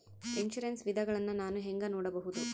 Insurance ವಿಧಗಳನ್ನ ನಾನು ಹೆಂಗ ನೋಡಬಹುದು?